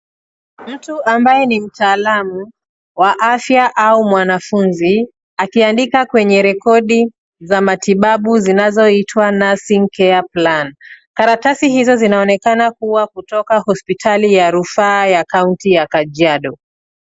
Mtu ambaye ni mtaalamu wa afya au mwanafunzi akiandika kwenye rekodi za matibabu zinazoitwa nursing care plan karatasi hizo zinaonekana kuwa kutoka hospitali ya rufaa ya kaunti ya Kajiado.